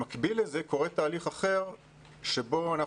במקביל לזה קורה תהליך אחר שבו אנחנו